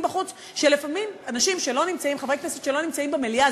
בחוץ: לפעמים חברי הכנסת שלא נמצאים במליאה,